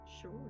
sure